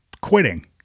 quitting